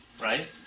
right